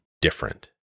different